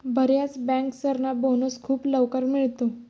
बर्याच बँकर्सना बोनस खूप लवकर मिळतो